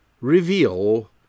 reveal